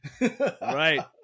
Right